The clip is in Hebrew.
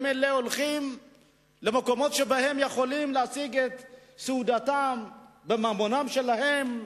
ממילא הולכים למקומות שבהם הם יכולים להשיג את סעודתם בממונם שלהם.